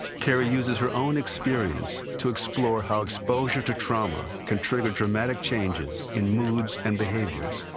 caheri uses her own experience to explore how exposure to trauma can trigger dramatic changes in moods and behaviors.